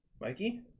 Mikey